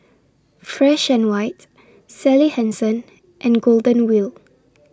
Fresh and White Sally Hansen and Golden Wheel